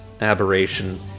aberration